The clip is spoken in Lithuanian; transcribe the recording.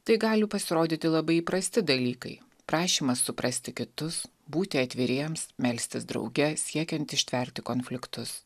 tai gali pasirodyti labai įprasti dalykai prašymas suprasti kitus būti atviriems melstis drauge siekiant ištverti konfliktus